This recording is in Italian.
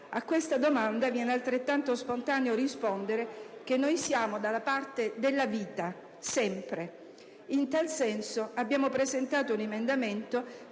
A questa domanda viene altrettanto spontaneo rispondere che noi siamo dalla parte della vita, sempre! In tal senso, abbiamo presentato un emendamento